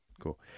Cool